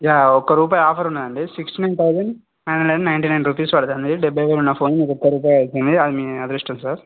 yeah ఒక్క రూపాయి offer ఉందండి sixteen thousand hundred and ninety nine rupees పడుతుండి డబ్బై వేలున్న ఫోన్ మీకు ఒక్క రూపాయి పడుతుంది అది మీ అదృష్టం సార్